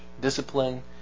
discipline